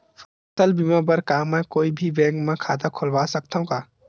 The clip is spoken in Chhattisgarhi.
फसल बीमा बर का मैं कोई भी बैंक म खाता खोलवा सकथन का?